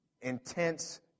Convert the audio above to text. intense